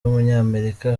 w’umunyamerika